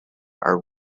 are